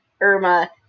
Irma